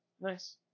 Nice